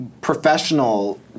professional